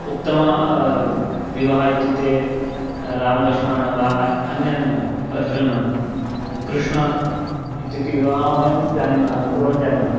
उत्तम विवाहः इत्युक्ते रामलक्ष्मणौ वा अन्यान्यत् अर्जुन कृष्णः इत्युक्ते विवाहं वयं जानीमः पूर्वं जानीमः